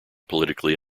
politically